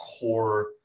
core